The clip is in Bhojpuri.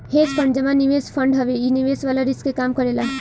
हेज फंड जमा निवेश फंड हवे इ निवेश वाला रिस्क के कम करेला